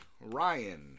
Ryan